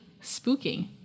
spooking